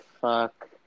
Fuck